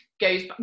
goes